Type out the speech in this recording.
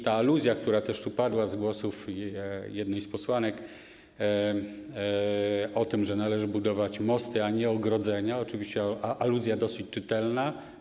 Ta aluzja, która też tu padła w wypowiedzi jednej z posłanek, o tym, że należy budować mosty, a nie ogrodzenia, to oczywiście aluzja dosyć czytelna.